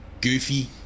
goofy